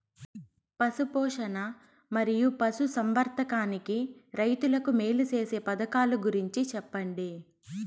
పశు పోషణ మరియు పశు సంవర్థకానికి రైతుకు మేలు సేసే పథకాలు గురించి చెప్పండి?